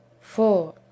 four